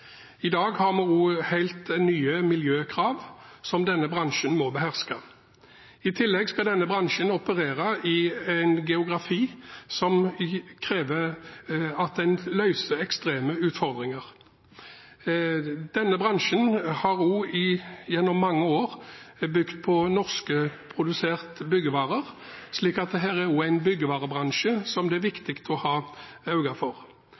I dag har vi også helt nye miljøkrav, som denne bransjen må beherske. I tillegg skal denne bransjen operere i en geografi som krever at en løser ekstreme utfordringer. Denne bransjen har også gjennom mange år bygd på norskproduserte byggevarer, slik at her er det også en byggevarebransje som det er viktig å ha øye for.